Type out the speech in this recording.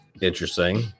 interesting